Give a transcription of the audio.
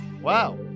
Wow